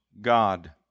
God